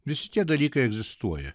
visi tie dalykai egzistuoja